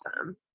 awesome